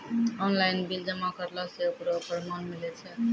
Online bill जमा करला से ओकरौ परमान मिलै छै?